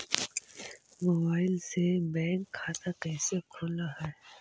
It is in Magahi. मोबाईल से बैक खाता कैसे खुल है?